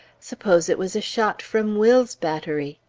suppose it was a shot from will's battery?